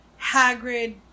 Hagrid